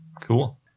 Cool